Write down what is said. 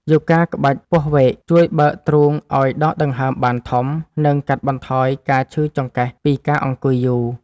យូហ្គាក្បាច់ពស់វែក ជួយបើកទ្រូងឱ្យដកដង្ហើមបានធំ និងកាត់បន្ថយការឈឺចង្កេះពីការអង្គុយយូរ។